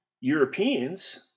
Europeans